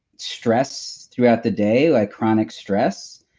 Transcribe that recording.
stress throughout the day, like chronic stress,